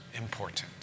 important